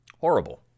Horrible